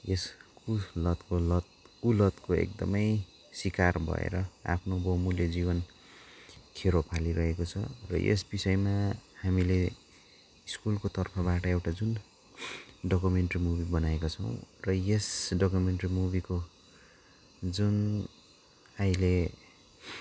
यस कुलतको लत कुलतको एकदमै सिकार भएर आफ्नो बहुमूल्य जीवन खेरो फालिरहेको छ र यस विषयमा हामीले स्कुलको तर्फबाट एउटा जुन डक्युमेन्ट्री मुभी बनाएका छौँ र यस डक्युमेन्ट्री मुभीको जुन अहिले